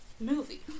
movie